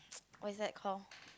what is that call